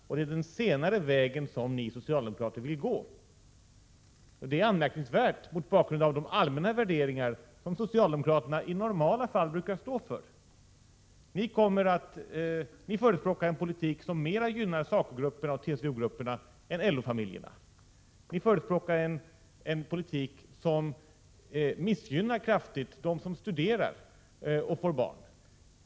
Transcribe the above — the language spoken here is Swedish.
Och det är den senare vägen som ni socialdemokrater vill gå. Det är anmärkningsvärt mot bakgrund av de allmänna värderingar som socialdemokraterna i normala fall brukar stå för. Ni förespråkar en politik som mera gynnar SACO grupperna och TCO-grupperna än LO-familjerna. Ni förespråkar en politik som kraftigt missgynnar dem som studerar och får barn.